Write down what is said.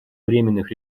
временных